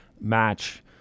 match